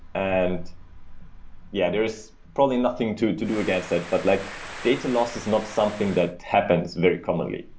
and yeah there is probably nothing to to do against that. but like data loss is not something that happens very commonly.